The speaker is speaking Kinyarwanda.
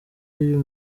y’uyu